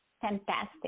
Fantastic